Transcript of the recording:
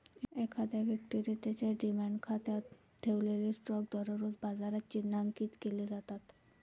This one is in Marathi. एखाद्या व्यक्तीने त्याच्या डिमॅट खात्यात ठेवलेले स्टॉक दररोज बाजारात चिन्हांकित केले जातात